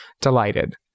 delighted